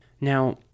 Now